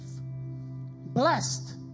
blessed